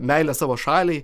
meilė savo šaliai